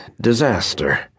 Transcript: disaster